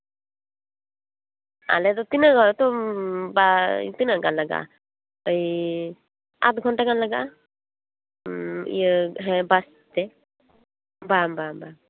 ᱟᱞᱮ ᱫᱚ ᱛᱤᱱᱟᱹᱜ ᱜᱟᱱ ᱮᱠᱫᱚᱢ ᱵᱟᱨ ᱛᱤᱱᱟᱹᱜ ᱜᱟᱱ ᱞᱟᱜᱟᱜᱼᱟ ᱳᱭ ᱟᱫᱷ ᱜᱷᱚᱱᱴᱟ ᱜᱟᱱ ᱞᱟᱜᱟᱜᱼᱟ ᱤᱭᱟᱹ ᱦᱮᱸ ᱵᱟᱥᱛᱮ ᱵᱟᱝ ᱵᱟᱝ ᱵᱟᱝ